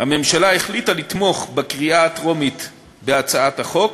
הממשלה החליטה לתמוך בהצעת החוק